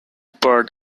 part